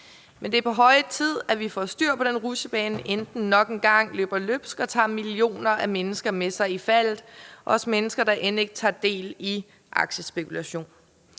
men det er på høje tid, at vi får styr på den rutsjebane, inden den nok en gang løber løbsk og tager millioner af mennesker med sig i faldet, også mennesker, der end ikke tager del i aktiespekulation.